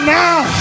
now